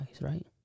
right